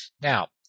Now